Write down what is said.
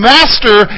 Master